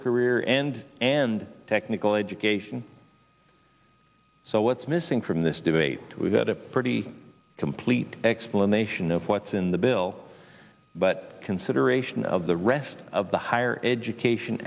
career and and technical education so what's missing from this debate we've got a pretty complete explanation of what's in the bill but consideration of the rest of the higher education